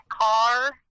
car